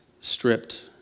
stripped